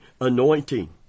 anointing